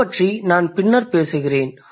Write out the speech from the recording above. அதைப் பற்றி நான் பின்னர் பேசுகிறேன்